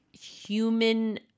human